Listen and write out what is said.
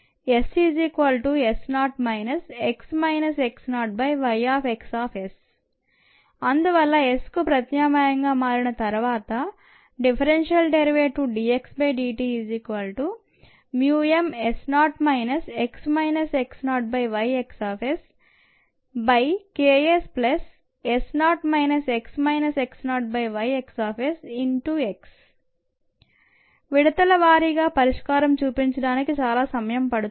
SS0 x x0YxS అందువల్ల Sకు ప్రత్యామ్నాయంగా మారిన తరువాత differential derivative dxdtmS0 x x0YxSKSS0 x x0YxSx విడతల వారీగా పరిష్కారం చూపించడానికి చాలా సమయం పడుతుంది